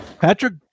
Patrick